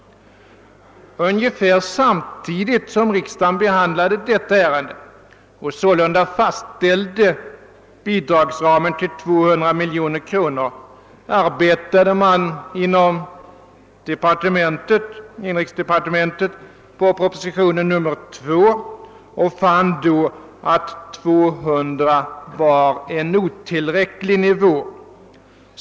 Ungefär samtidigt som riksdagen behandlade detta ärende och sålunda fastställde bidragsramen till 200 miljoner kronor arbetade man inom inrikesdepartementet på proposition nr 2 och fann då att 200 miljoner var otillräckligt.